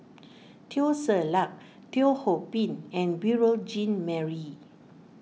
Teo Ser Luck Teo Ho Pin and Beurel Jean Marie